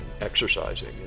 exercising